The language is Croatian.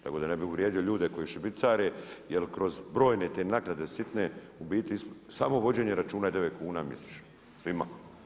Tako da ne bih uvrijedio ljude koji šibicare, jer kroz brojne te naknade sitne u biti samo vođenje računa je 9 kuna mjesečno svima.